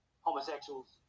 homosexuals